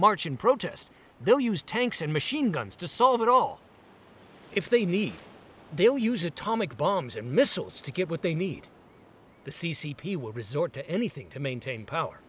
march in protest they'll use tanks and machine guns to solve it all if they need they'll use atomic bombs and missiles to get what they need the c c p will resort to anything to maintain power